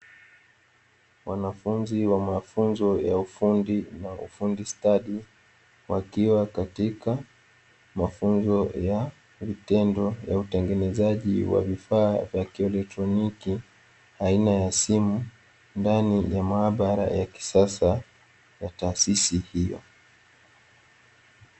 Wanafunzi wa mafunzo ya ufundi na ufundi stadi wakiwa katika mafunzo ya vitendo ya utengenezaji wa vifaa vya kielektroniki aina ya simu ndani ya maabara ya kisasa ya taasisi hiyo.